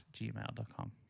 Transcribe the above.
gmail.com